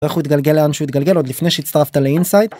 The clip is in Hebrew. איך הוא יתגלגל לאן שהוא יתגלגל, עוד לפני שהצטרפת לאינסייד.